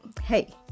hey